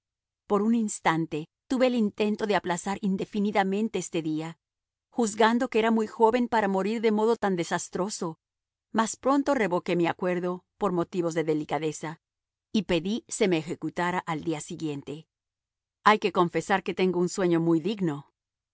por un instante tuve el intento de aplazar indefinidamente este día juzgando que era muy joven para morir de modo tan desastroso mas pronto revoqué mi acuerdo por motivos de delicadeza y pedí se me ejecutara al día siguiente hay que confesar que tengo un sueño muy digno